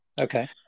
Okay